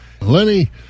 Lenny